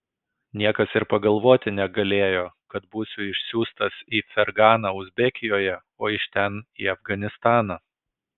niekas ir pagalvoti negalėjo kad būsiu išsiųstas į ferganą uzbekijoje o iš ten į afganistaną